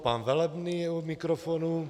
Pan Velebný je u mikrofonu.